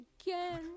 again